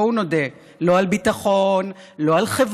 בואו נודה: לא על ביטחון, לא על חברה,